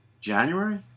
January